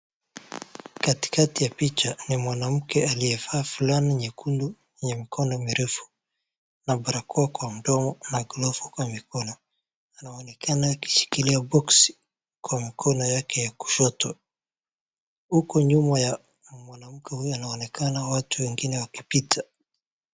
Katikati ya picha ni mwanamke aliyevaa fulana nyekundu yenye mikono mrefu na barakoa kwa mdomo na glovu kwa mikono. Anaonekana akishikilia boksi kwa mkono yake ya kushoto huku nyuma ya ... wanaonekana watu wengine wakipita.